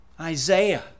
Isaiah